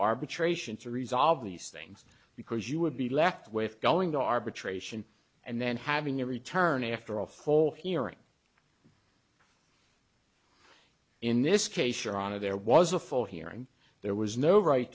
arbitration to resolve these things because you would be left with going to arbitration and then having your return after a full hearing in this case your honor there was a full hearing there was no right